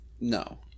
No